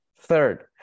third